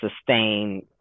sustain